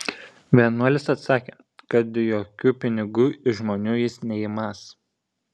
vienuolis atsakė kad jokių pinigų iš žmonių jis neimąs